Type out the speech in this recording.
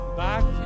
back